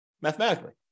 mathematically